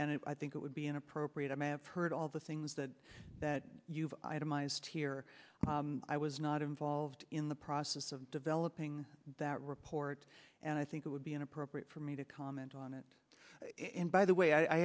and i think it would be inappropriate i may have heard all the things that that you've itemized here i was not involved in the process of developing that report and i think it would be inappropriate for me to comment on it in by the way i